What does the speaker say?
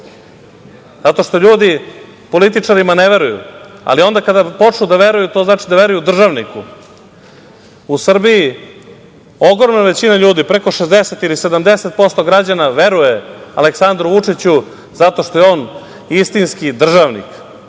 zato što ljudi političarima ne veruju. Ali, onda kada počnu da veruju, to znači da veruju državniku.U Srbiji ogromna većina ljudi, preko 60 ili 70% građana veruje Aleksandru Vučiću zato što je on istinski državnik,